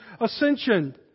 ascension